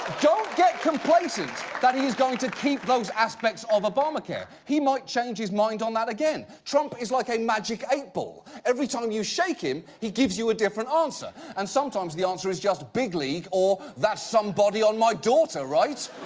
don't get complacent that he's going to keep those aspects of obamacare. he might change his mind on that again. trump is like a magic eight ball. every time you shake him he gives you a different answer and sometimes the answer is just big league or that's some body on my daughter, right?